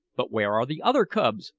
but where are the other cubs?